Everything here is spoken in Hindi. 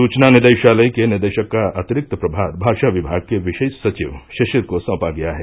सूचना निदेशालय के निदेशक का अतिरिक्त प्रभार भाषा विमाग के विशेष सचिव शिशिर को सौंपा गया है